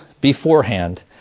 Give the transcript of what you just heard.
beforehand